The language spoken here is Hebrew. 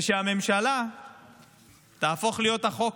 ושהממשלה תהפוך להיות החוק.